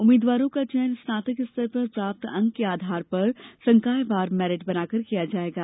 उम्मीदवारों का चयन स्नातक स्तर पर प्राप्त अंक के आधार पर संकायवार मेरिट बनाकर किया जायेगा